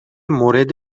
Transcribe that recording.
مورد